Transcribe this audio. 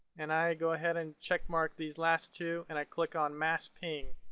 and i go ahead and checkmark these last two, and i click on mass ping.